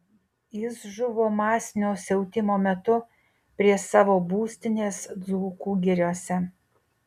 jis žuvo masinio siautimo metu prie savo būstinės dzūkų giriose